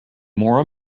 more